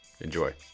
enjoy